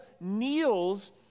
kneels